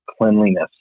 cleanliness